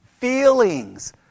feelings